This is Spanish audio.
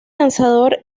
lanzador